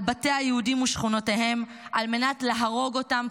על בתי היהודים ושכונותיהם על מנת להרוג אותם,